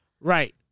Right